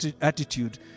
attitude